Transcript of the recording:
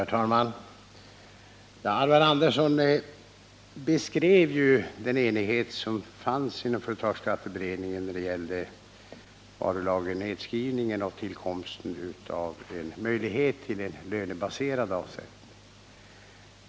Herr talman! Alvar Andersson beskrev den enighét som fanns inom företagsskatteberedningen när det gällde varulagernedskrivningen och tillkomsten av en möjlighet till lönebaserad avsättning.